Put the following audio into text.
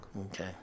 Okay